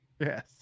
Yes